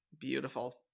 Beautiful